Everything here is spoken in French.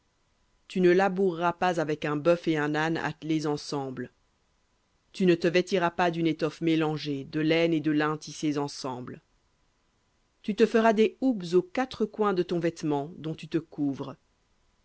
tu ne laboureras pas avec un bœuf et un âne ensemble tu ne te vêtiras pas d'une étoffe mélangée de laine et de lin ensemble v litt tu te feras des houppes aux quatre coins de ton vêtement dont tu te couvres